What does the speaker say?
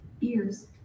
Ears